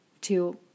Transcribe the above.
two